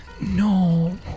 No